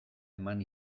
eman